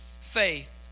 faith